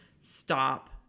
stop